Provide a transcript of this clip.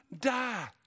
die